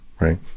right